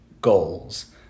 goals